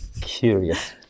curious